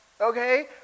okay